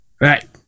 Right